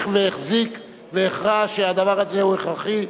והחזיק החרה אחריו שהדבר הזה הוא הכרחי.